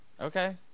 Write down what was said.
Okay